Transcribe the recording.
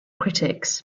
critics